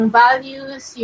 values